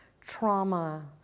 trauma